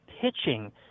pitching